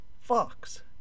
Fox